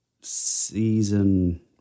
season